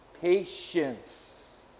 Patience